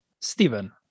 Stephen